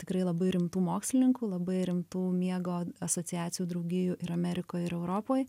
tikrai labai rimtų mokslininkų labai rimtų miego asociacijų draugijų ir amerikoj ir europoj